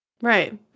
right